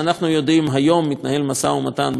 היום מתנהל משא-ומתן בין חיפה כימיקלים